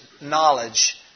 knowledge